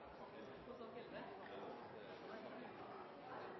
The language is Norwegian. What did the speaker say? Jeg takker statsråden for svaret. Jeg